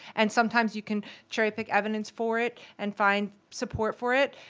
and sometimes you can cherry-pick evidence for it and find support for it,